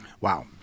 Wow